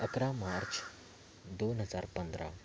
अकरा मार्च दोन हजार पंधरा